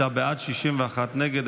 45 בעד, 61 נגד.